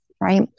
Right